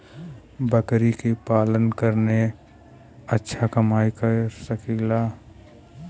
बकरी के पालन करके अच्छा कमाई कर सकीं ला?